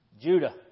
Judah